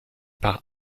par